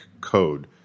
code